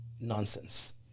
nonsense